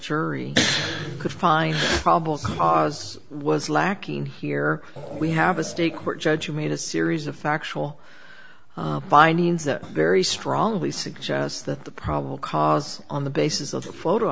jury could find probable cause was lacking here we have a state court judge who made a series of factual findings a very strongly suggests that the probable cause on the basis of the photo